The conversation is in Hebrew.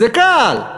זה קל.